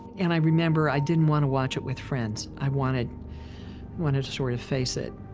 and i remember i didn't want to watch it with friends. i wanted wanted to sort of face it.